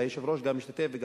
שהיושב-ראש השתתף בו,